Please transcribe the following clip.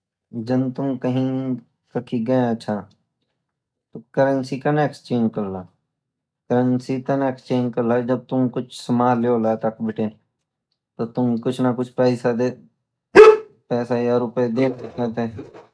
जान तुम कखि गया सा करेंसी कन एक्सचेंज करला करेंसी तन करला जब तुम कोई सामान लेयोला तो तुम कुछ न कुछ पैसा या रूपा देला तेते